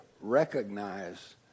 recognize